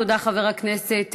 תודה, חבר הכנסת מרגי.